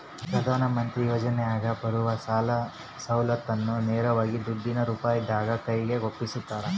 ಪ್ರಧಾನ ಮಂತ್ರಿ ಯೋಜನೆಯಾಗ ಬರುವ ಸೌಲತ್ತನ್ನ ನೇರವಾಗಿ ದುಡ್ಡಿನ ರೂಪದಾಗ ಕೈಗೆ ಒಪ್ಪಿಸ್ತಾರ?